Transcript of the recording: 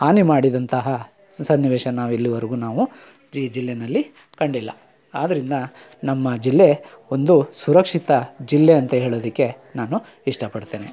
ಹಾನಿ ಮಾಡಿದಂತಹ ಸನ್ನಿವೇಶ ನಾವು ಇಲ್ಲಿವರ್ಗು ನಾವು ಈ ಜಿಲ್ಲೆನಲ್ಲಿ ಕಂಡಿಲ್ಲ ಆದರಿಂದ ನಮ್ಮ ಜಿಲ್ಲೆ ಒಂದು ಸುರಕ್ಷಿತ ಜಿಲ್ಲೆಯಂತ ಹೇಳೋದಕ್ಕೆ ನಾನು ಇಷ್ಟ ಪಡ್ತೇನೆ